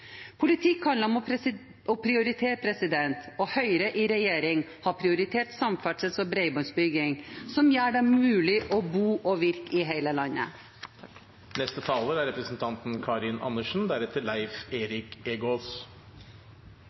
om å prioritere, og Høyre i regjering har prioritert samferdsels- og bredbåndsutbygging, som gjør det mulig å bo og virke i hele landet.